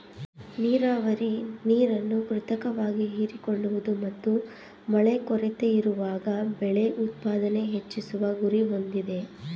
ನೀರಾವರಿ ನೀರನ್ನು ಕೃತಕವಾಗಿ ಹೀರಿಕೊಳ್ಳುವುದು ಮತ್ತು ಮಳೆ ಕೊರತೆಯಿರುವಾಗ ಬೆಳೆ ಉತ್ಪಾದನೆ ಹೆಚ್ಚಿಸುವ ಗುರಿ ಹೊಂದಿದೆ